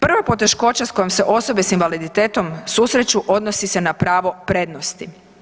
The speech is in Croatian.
Prva poteškoća s kojom se osobe s invaliditetom susreću odnosi se na pravo prednosti.